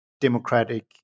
democratic